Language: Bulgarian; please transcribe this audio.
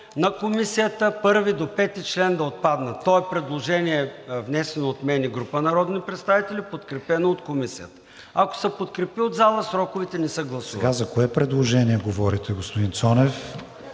на Комисията от първи до пети член да отпаднат. То е предложение, внесено от мен и група народни представители, подкрепено от Комисията. Ако се подкрепи от зала, сроковете не се гласуват. ПРЕДСЕДАТЕЛ КРИСТИАН ВИГЕНИН: За кое предложение говорите, господин Цонев?